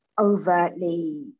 overtly